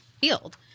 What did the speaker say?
field